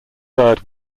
bird